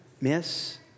Miss